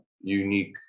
unique